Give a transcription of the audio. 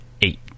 eight